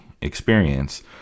experience